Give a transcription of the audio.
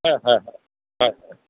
হয় হয় হয় হয় হয়